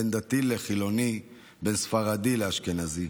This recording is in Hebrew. בין דתי לחילוני, בין ספרדי לאשכנזי,